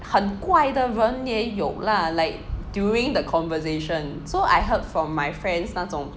很怪的人也有啦 like during the conversation so I heard from my friends 那种